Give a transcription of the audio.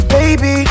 Baby